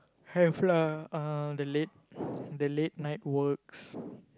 have lah ah the late the late night works